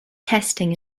testing